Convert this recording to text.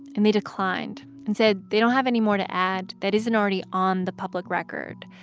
and they declined and said they don't have any more to add that isn't already on the public record.